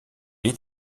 est